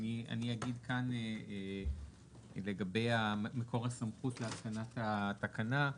אני אגיד כאן לגבי מקור הסמכות להתקנת התקנה.